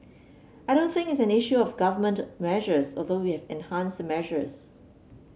I don't think is an issue of Government measures although we have enhanced the measures